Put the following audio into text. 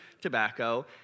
tobacco